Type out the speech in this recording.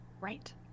Right